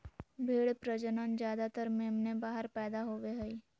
भेड़ प्रजनन ज्यादातर मेमने बाहर पैदा होवे हइ